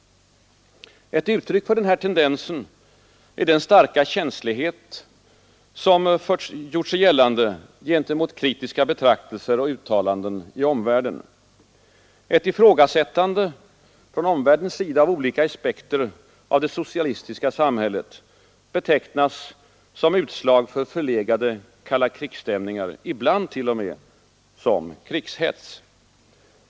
Ett uttryck för denna tendens är den starka känslighet som gjort sig gällande gentemot kritiska betraktelser och uttalanden i omvärlden. Ett ifrågasättande från omvärldens sida av olika aspekter av det socialistiska samhället betecknas som utslag av förlegade kallakrigsstämningar, ibland t.o.m. som krigshets.